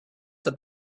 that